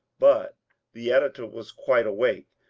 but the editor was quite awake,